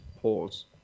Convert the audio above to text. pause